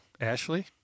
Ashley